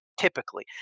Typically